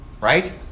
Right